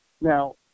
Now